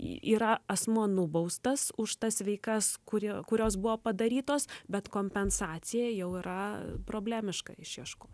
yra asmuo nubaustas už tas veikas kurie kurios buvo padarytos bet kompensacija jau yra problemiška išieškot